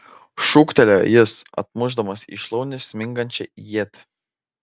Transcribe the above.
šūktelėjo jis atmušdamas į šlaunį smingančią ietį